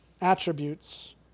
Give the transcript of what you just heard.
attributes